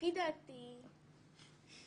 לפי דעתי חשוב